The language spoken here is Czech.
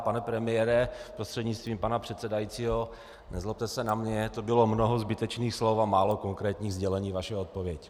Pane premiére prostřednictvím pana předsedajícího, nezlobte se na mne, to bylo mnoho zbytečných slov a málo konkrétních sdělení, vaše odpověď.